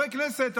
חברי הכנסת,